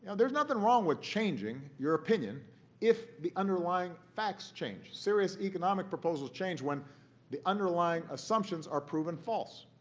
and there's nothing wrong with changing your opinion if the underlying facts change. serious economic proposals change when the underlying assumptions are proven false.